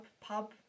pub